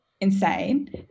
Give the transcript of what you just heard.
insane